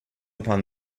upon